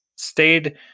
stayed